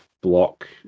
block